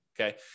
okay